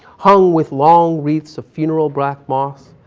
hung with long wreath of funeral brack moss.